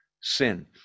sin